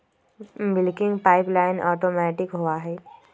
milking pipeline automatic होबा हई